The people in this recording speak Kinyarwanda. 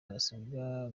barasabwa